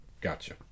Gotcha